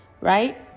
right